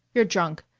you're drunk.